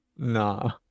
Nah